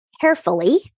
carefully